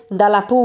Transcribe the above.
dalla